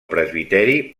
presbiteri